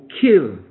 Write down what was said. kill